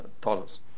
dollars